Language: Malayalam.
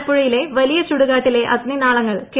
ആലപ്പുഴയിലെ വലിയ ചൂടുകാട്ടിലെ അഗ്നിനാളങ്ങൾ കെ